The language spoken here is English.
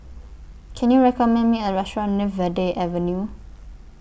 Can YOU recommend Me A Restaurant near Verde Avenue